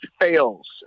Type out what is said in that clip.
fails